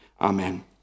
Amen